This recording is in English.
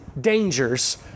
dangers